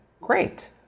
great